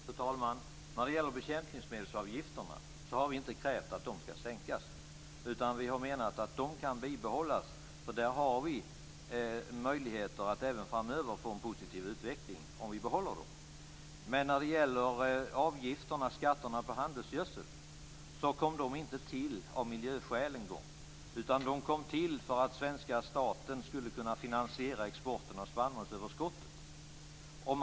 Fru talman! När det gäller bekämpningsmedelsavgifterna har vi inte krävt att de ska sänkas, utan vi har menat att de kan bibehållas. Där har vi möjligheter att även framöver få en positiv utveckling om vi behåller dem. När det gäller skatterna på handelsgödsel, kom de inte till av miljöskäl, utan de kom till för att svenska staten skulle kunna finansiera exporten av spannmålsöverskottet.